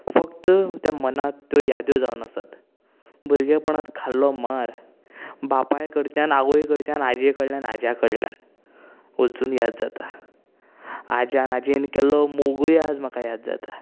फक्त त्या मनांत त्यो याद्यो जावन आसात भुरगेपणांत खाल्लो मार बापाय कडच्यान आवय कडच्यान आजये कडल्यान आज्या कडल्यान अजून याद जाता आज्यान आजयेन केल्लो मोगुय म्हाका आयज याद जाता